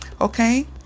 Okay